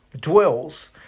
dwells